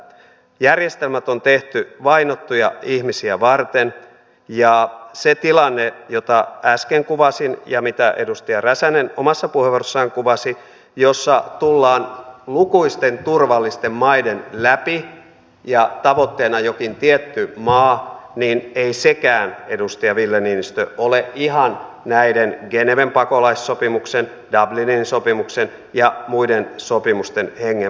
järjestelmät on tehty vainottuja ihmisiä varten ja ei sekään tilanne jota äsken kuvasin ja jota edustaja räsänen omassa puheenvuorossaan kuvasi jossa tullaan lukuisten turvallisten maiden läpi ja tavoitteena on jokin tietty maa edustaja ville niinistö ole ihan näiden geneven pakolaissopimuksen dublinin sopimuksen ja muiden sopimusten hengen mukainen